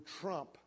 trump